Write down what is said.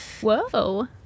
Whoa